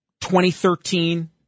2013